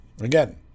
Again